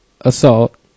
assault